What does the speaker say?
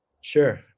Sure